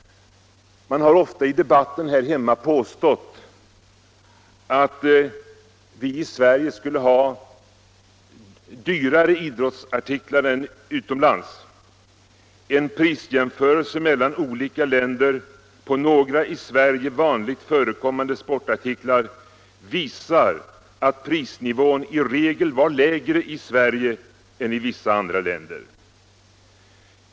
Det har ofta i debatten här hemma påståtts att vi i Sverige skulle ha dyrare idrottsartiklar än utomlands. En prisjämförelse mellan olika länder för några i Sverige vanligen förekommande sportartiklar visar att prisnivån i regel var lägre i Sverige än i vissa andra länder.